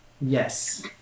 Yes